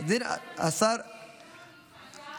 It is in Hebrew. השר במשרד המשפטים,